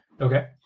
Okay